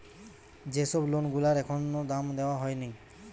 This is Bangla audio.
যে সব লোন গুলার এখনো দাম দেওয়া হয়নি